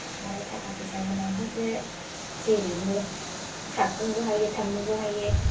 मालाय थाखा फैसा गोनांफ्रासो जेरैबो खारख'नोबो हायो थांनोबो हायो